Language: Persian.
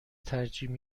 ترجیح